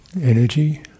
energy